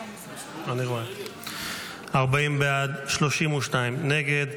40 בעד, 32 נגד.